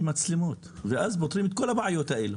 מצלמות ואז פותרים את כל הבעיות האלו,